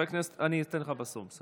אני אתן לך בסוף.